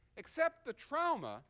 except the trauma